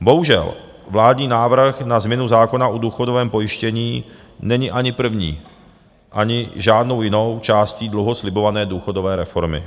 Bohužel vládní návrh na změnu zákona o důchodovém pojištění není ani první, ani žádnou jinou částí dlouho slibované důchodové reformy.